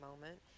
moment